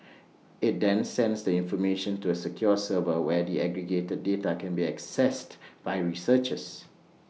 IT then sends the information to A secure server where the aggregated data can be assessed by researchers